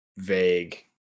vague